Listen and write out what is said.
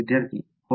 विद्यार्थी होय